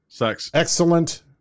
Excellent